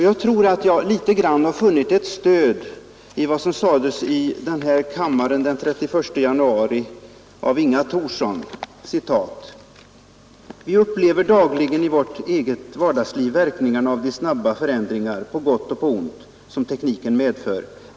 Jag tror att jag har ett stöd i vad som sades i den här kammaren den 31 januari i år av Inga Thorsson: ”Vi upplever dagligen i vårt eget vardagsliv verkningarna av de snabba förändringar, på gott och på ont, som tekniken medför.